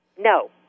No